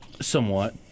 Somewhat